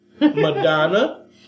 Madonna